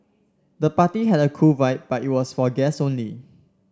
the party had a cool vibe but it was for guest only